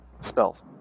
spells